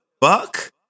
fuck